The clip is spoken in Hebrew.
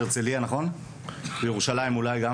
בהרצליה וגם אולי בירושלים.